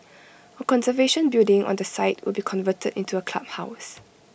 A conservation building on the site will be converted into A clubhouse